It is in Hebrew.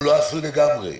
הוא לא עשוי לגמרי.